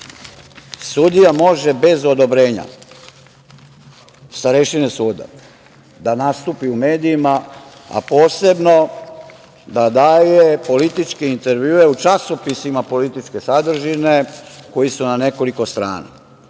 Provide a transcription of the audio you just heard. sudija može bez odobrenja starešine suda da nastupi u medijima, a posebno da daje političke intervjue u časopisima političke sadržine koji su na nekoliko strana,